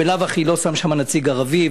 בלאו הכי הוא לא שׂם שׁם נציג ערבי,